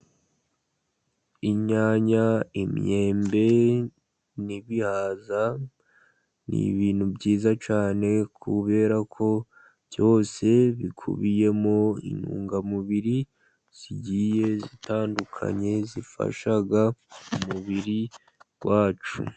Inyanya, imyembe n'ibihaza ni ibintu byiza cyane, kubera ko byose bikubiyemo intungamubiri zigiye zitandukanye, zifasha umubiri wacu.